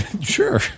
Sure